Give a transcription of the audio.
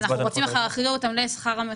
אז אנחנו רוצים להחריג אותם למדד המחירים?